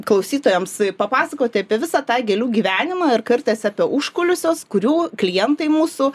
klausytojams papasakoti apie visą tą gėlių gyvenimą ir kartais apie užkulisiuos kurių klientai mūsų